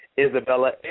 Isabella